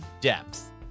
depth